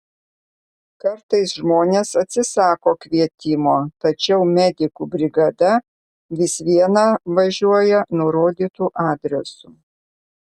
kartais žmonės atsisako kvietimo tačiau medikų brigada vis viena važiuoja nurodytu adresu